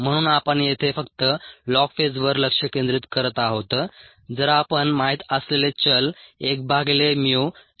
म्हणून आपण येथे फक्त लॉग फेजवर लक्ष केंद्रित करत आहोत जर आपण माहित असलेले चल 1 भागिले mu 0